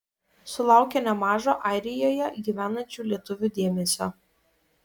sulaukė nemažo airijoje gyvenančių lietuvių dėmesio